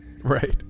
right